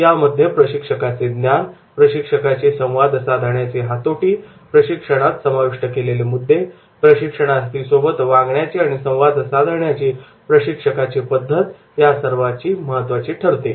यामध्ये प्रशिक्षकाचे ज्ञान प्रशिक्षकाची संवाद साधण्याची हातोटी प्रशिक्षणात समाविष्ट केलेले मुद्दे प्रशिक्षणार्थी सोबत वागण्याची आणि संवाद साधण्याची प्रशिक्षकाची पद्धत यामध्ये महत्त्वाची ठरते